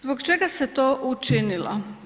Zbog čega se to učinilo?